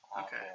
okay